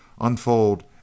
unfold